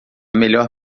melhor